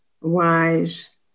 wise